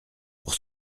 pour